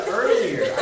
earlier